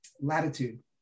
latitude